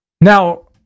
Now